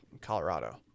Colorado